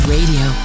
Radio